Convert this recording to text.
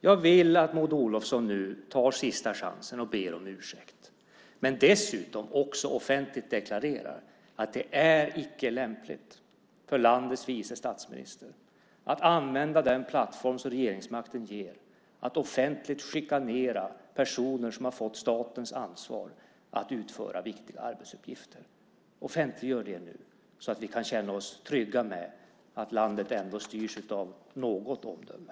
Jag vill att Maud Olofsson nu tar sista chansen och ber om ursäkt och dessutom offentligt deklarerar att det icke är lämpligt av landets vice statsminister att använda den plattform som regeringsmakten ger till att offentligt chikanera personer som har fått statens ansvar att utföra viktiga arbetsuppgifter. Offentliggör det nu så att vi kan känna oss trygga med att landet ändå styrs av något omdöme.